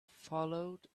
followed